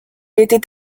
était